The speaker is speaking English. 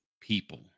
people